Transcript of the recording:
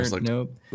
Nope